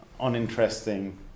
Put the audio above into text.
uninteresting